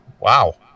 wow